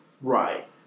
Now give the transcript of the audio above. Right